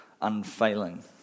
unfailing